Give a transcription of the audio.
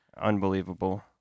Unbelievable